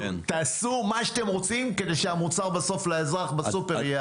תעשו מה שאתם רוצים כדי שהמוצר בסוף לאזרח בסופר יהיה אחר.